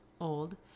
old